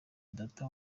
data